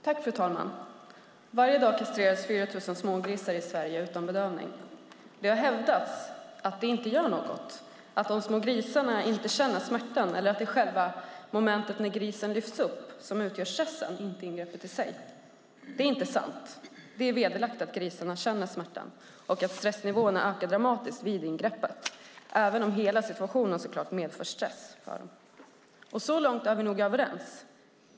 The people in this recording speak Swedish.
Fru talman! Varje dag kastreras 4 000 smågrisar i Sverige utan bedövning. Det har hävdats att det inte gör något, att de små grisarna inte känner smärtan eller att det är själva momentet när grisen lyfts upp som utgör stressen, inte ingreppet i sig. Det är inte sant. Det är belagt att grisarna känner smärtan och att stressnivåerna ökar dramatiskt vid ingreppet. Hela situationen medför stress för grisarna. Så långt är vi nog överens.